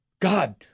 God